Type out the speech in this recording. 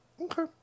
Okay